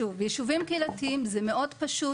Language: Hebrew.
שוב, יישובים קהילתיים זה מאוד פשוט.